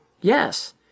Yes